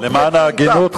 למען ההגינות,